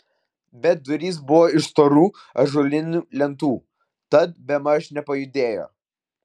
bet durys buvo iš storų ąžuolinių lentų tad bemaž nepajudėjo